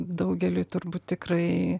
daugeliui turbūt tikrai